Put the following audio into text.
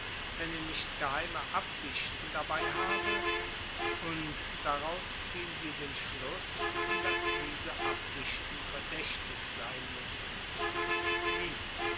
wenn er nicht geheime absichten dabei habe und daraus ziehen sie den schluß daß diese absichten verdächtig sein müssen wie